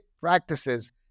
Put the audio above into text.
practices